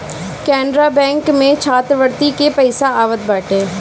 Canara bank में छात्रवृत्ति के पईसा आवत बाटे